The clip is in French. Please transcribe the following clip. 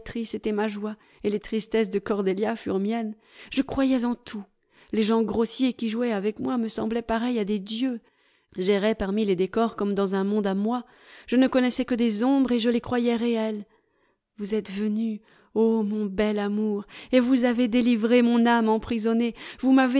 était ma joie et les tristesses de cordelia furent miennes je croyais en tout les gens grossiers qui jouaient avec moi me semblaient pareils à des dieux j'errais parmi les décors comme dans un monde à moi je ne connaissais que des ombres et je les croyais réelles vous êtes venu ô mon bel amour et vous avez délivré mon âme emprisonnée vous